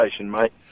mate